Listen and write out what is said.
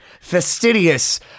fastidious